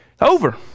over